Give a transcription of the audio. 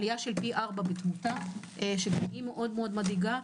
עלייה של פי ארבעה בתמותה שגם היא מאוד מדאיגה,